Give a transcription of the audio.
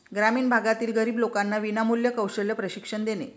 ग्रामीण भागातील गरीब लोकांना विनामूल्य कौशल्य प्रशिक्षण देणे